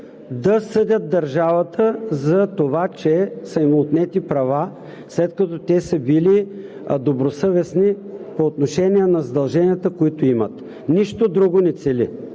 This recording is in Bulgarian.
да съдят държавата, че са им отнети права, след като те са били добросъвестни по отношение на задълженията, които имат. Нищо друго не цели,